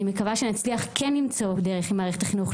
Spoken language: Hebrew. אני מקווה שנצליח כן למצוא דרך עם מערכת החינוך,